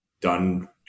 done